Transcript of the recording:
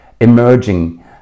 emerging